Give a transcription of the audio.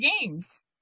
games